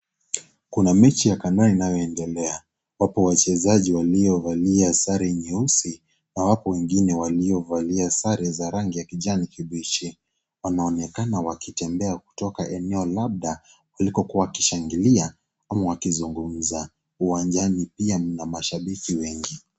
Kuna mechi ya kandanda inayoendelea. Wapo wachezaji waliovalia sare nyeusi na wapo wengine waliovalia sare za rangi kijani kibichi wanaonekana wakitembea kutaoka eneo labda walikokuwa wakishangilia ama wakizungumza ,uwanjani pia mna mashaki wengi.